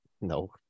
No